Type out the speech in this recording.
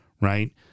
right